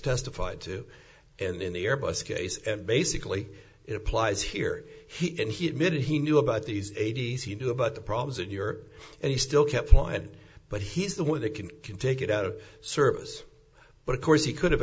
testified to in the airbus case and basically it applies here he and he admitted he knew about these eighty's he knew about the problems in europe and he still kept point but he's the one that can can take it out of service but of course he could have